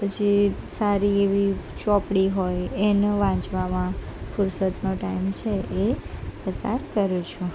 પછી સારી એવી ચોપડી હોય એને વાંચવામાં ફુરસદનો ટાઈમ છે એ પસાર કરું છું